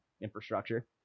infrastructure